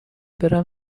برم